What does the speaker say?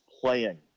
playing